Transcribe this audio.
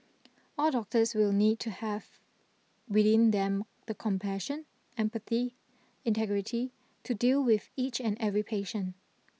all doctors will need to have within them the compassion empathy and integrity to deal with each and every patient